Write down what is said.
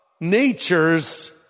nature's